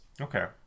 Okay